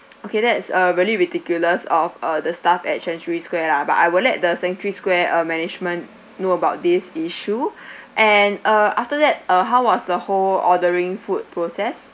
okay that's really ridiculous of uh the staff at century square lah but I will let the century square uh management know about this issue and uh after that uh how was the whole ordering food process